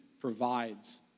provides